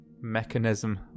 mechanism